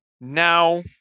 Now